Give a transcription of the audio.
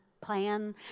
plan